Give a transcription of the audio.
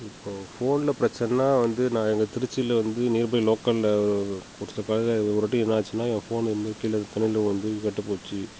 இப்போ ஃபோனில் பிரச்சனன்னா வந்து நான் எங்க திருச்சில வந்து நியர்பை லோக்கலில் ஒரு ஒரு சில கடையில ஒரு வாட்டி என்ன ஆச்சுன்னா ஏன் ஃபோன் இதமாதிரி கீழே தண்ணியில விழுந்து கெட்டுப் போச்சு